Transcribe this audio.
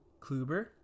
Kluber